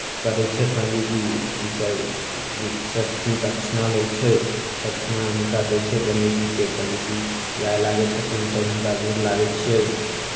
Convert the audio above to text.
करै छै पण्डीजी विसर विसर दक्षिणा लै छै दक्षिणा हुनका दै छियै पण्डीजीके पण्डीजी जाय लागै छथिन तऽ हुनका गोर लागै छियै